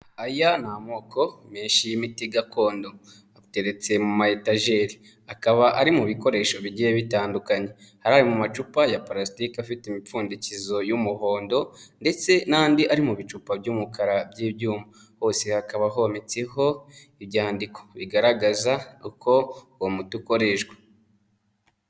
Aya ni amoko menshi y'imiti gakondo, ateretse mu ma etajeri, akaba ari mu bikoresho bigiye bitandukanye, hari ari mu macupa ya parasitiki afite imipfundikizo y'umuhondo, ndetse n'andi ari mu bicupa by'umukara by'ibyuma, hose hakaba hometseho ibyandiko, bigaragaza uko uwo mu ukoreshwa.